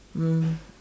mm